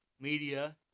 media